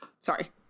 Sorry